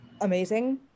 amazing